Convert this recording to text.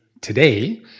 today